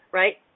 right